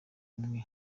umwe